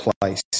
place